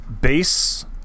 base